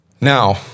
Now